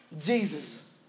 Jesus